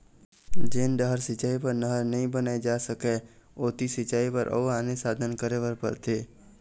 जेन डहर सिंचई बर नहर नइ बनाए जा सकय ओती सिंचई बर अउ आने साधन करे बर परथे